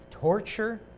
torture